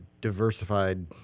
diversified